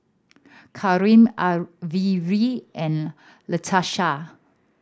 Karim Averi and Latesha